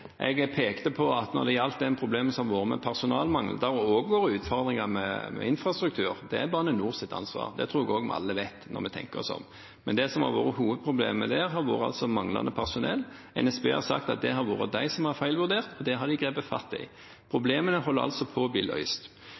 Jeg pekte på at det har vært problemer med personalmangel, men det har også vært utfordringer med infrastruktur. Det er Bane NORs ansvar. Det tror jeg vi alle vet, når vi tenker oss om, men det som har vært hovedproblemet der, har vært manglende personell. NSB har sagt at det har vært de som har feilvurdert, og det har de grepet fatt i. Problemene holder altså på